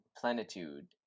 plenitude